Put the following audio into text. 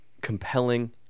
compelling